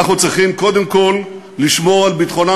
אנחנו צריכים קודם כול לשמור על ביטחונם